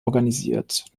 organisiert